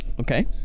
Okay